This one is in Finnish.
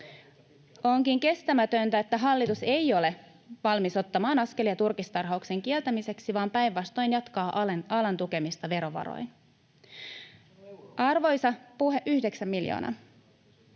Onkin kestämätöntä, että hallitus ei ole valmis ottamaan askelia turkistarhauksen kieltämiseksi vaan päinvastoin jatkaa alan tukemista verovaroin. [Mauri Peltokankaan